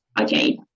okay